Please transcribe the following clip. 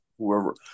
whoever